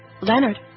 Leonard